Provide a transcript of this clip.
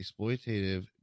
exploitative